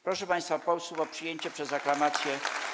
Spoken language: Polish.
Proszę państwa posłów o przyjęcie uchwały przez aklamację.